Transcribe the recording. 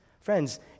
Friends